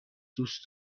دوست